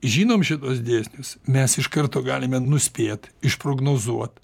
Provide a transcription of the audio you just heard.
žinom šituos dėsnius mes iš karto galime nuspėt išprognozuot